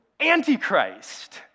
Antichrist